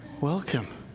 welcome